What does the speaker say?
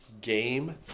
game